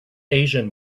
asian